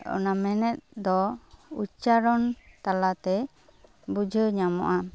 ᱚᱱᱟ ᱢᱮᱱᱮᱫ ᱫᱚ ᱩᱪᱪᱟᱨᱚᱱ ᱛᱟᱞᱟᱛᱮ ᱵᱩᱡᱷᱟᱹᱣ ᱧᱟᱢᱚᱜᱼᱟ